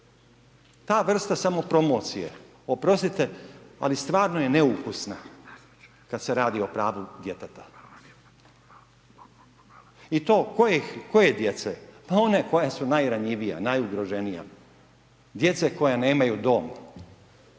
ta vrsta samo promocije, oprostite, stvarno je neukusna kada se radi o pravu djeteta. I to koje djece? Pa one koja su najranjivija, najugroženija, djece koja nemaju dom,